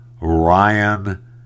Ryan